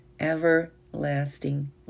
everlasting